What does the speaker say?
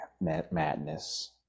madness